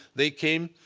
they came.